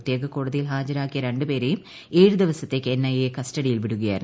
പ്രത്യേക കോടതിയൽ ഹാജരാക്കിയ രണ്ടുപേരേയും ഏഴ് ദിവസത്തേക്ക് എൻഐഎയുടെ കസ്റ്റഡിയിൽ വിടുകയായിരുന്നു